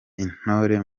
intore